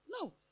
No